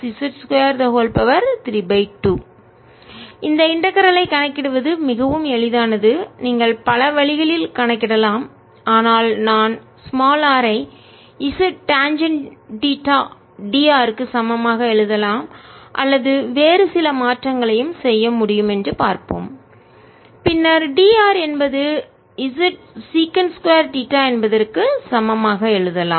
இந்த இன்டகரல் ஐ ஒருங்கிணைப்பின் கணக்கிடுவது மிகவும் எளிதானது நீங்கள் பல வழிகளில் கணக்கிடலாம் ஆனால் நான் r ஐ z டேன்ஜெண்ட் தீட்டா dr க்கு சமமாக எழுதலாம் அல்லது வேறு சில மாற்றங்களையும் செய்ய முடியும் என்று பார்ப்போம் பின்னர் dr என்பது z சீகாண்ட் 2 தீட்டா என்பதற்கு சமமாக எழுதலாம்